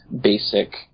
basic